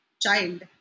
child